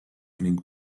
ning